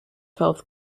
twelfth